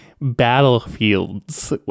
battlefields